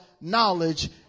knowledge